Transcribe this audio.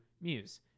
muse